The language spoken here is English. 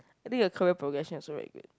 I think your career progression also very big